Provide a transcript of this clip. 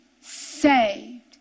saved